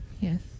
Yes